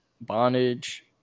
bondage